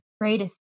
greatest